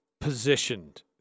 positioned